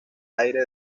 aire